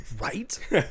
Right